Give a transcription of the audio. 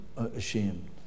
ashamed